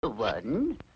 One